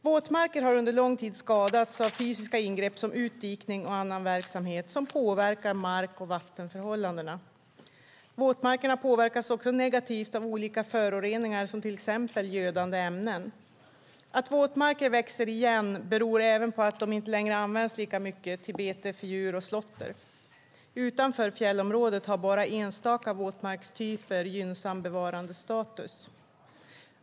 Våtmarker har under lång tid skadats av fysiska ingrepp som utdikning och annan verksamhet som påverkar mark och vattenförhållandena. Våtmarkerna påverkas också negativt av olika föroreningar, till exempel gödande ämnen. Att våtmarker växer igen beror även på att de inte längre används lika mycket till bete för djur och slåtter. Utanför fjällområdet har bara enstaka våtmarkstyper gynnsam bevarandestatus.